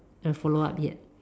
the follow up yet